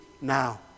now